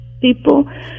people